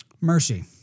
Mercy